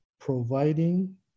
providing